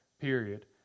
period